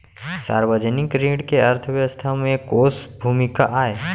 सार्वजनिक ऋण के अर्थव्यवस्था में कोस भूमिका आय?